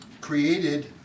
created